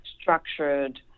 structured